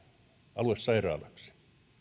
aluesairaalaksi